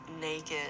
naked